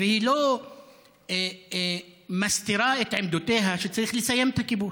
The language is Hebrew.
היא לא מסתירה את עמדותיה, שצריך לסיים את הכיבוש,